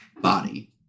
body